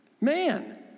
Man